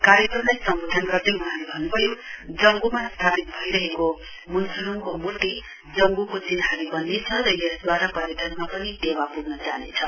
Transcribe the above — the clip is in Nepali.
कार्यक्रमलाई सम्बोधन गर्दे वहाँले भन्नुभयो जंगुमा स्थापित भइरहेको मुन्सुलुङको मूर्ति जंगुको चिन्हारी बन्नेछ र यसदूवरा पर्यटनमा पनि टेवा पुग्न जानेछ